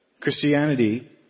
Christianity